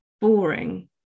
boring